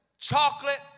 chocolate